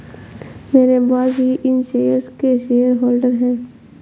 मेरे बॉस ही इन शेयर्स के शेयरहोल्डर हैं